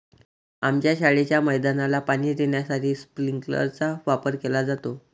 आमच्या शाळेच्या मैदानाला पाणी देण्यासाठी स्प्रिंकलर चा वापर केला जातो